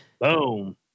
Boom